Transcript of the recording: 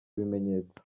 bimenyetso